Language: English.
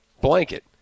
blanket